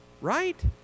right